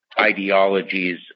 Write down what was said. ideologies